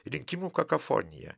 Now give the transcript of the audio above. rinkimų kakafonija